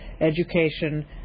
education